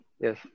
yes